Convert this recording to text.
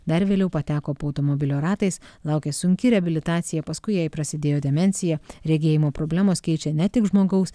dar vėliau pateko po automobilio ratais laukė sunki reabilitacija paskui jai prasidėjo demencija regėjimo problemos keičia ne tik žmogaus